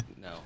No